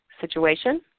situation